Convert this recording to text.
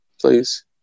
please